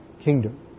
kingdom